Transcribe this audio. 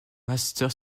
master